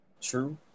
True